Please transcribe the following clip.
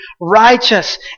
Righteous